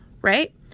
right